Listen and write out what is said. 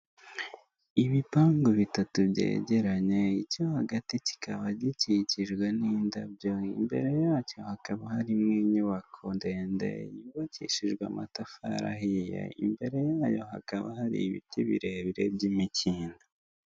U Rwanda rufite intego yo kongera umukamo n'ibikomoka ku matungo, niyo mpamvu amata bayakusanyiriza hamwe, bakayazana muri kigali kugira ngo agurishwe ameze neza yujuje ubuziranenge.